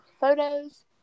photos